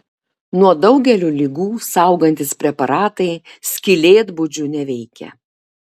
nuo daugelio ligų saugantys preparatai skylėtbudžių neveikia